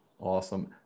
Awesome